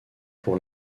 pour